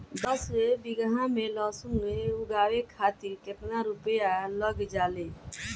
दस बीघा में लहसुन उगावे खातिर केतना रुपया लग जाले?